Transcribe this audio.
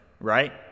right